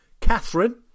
Catherine